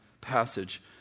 passage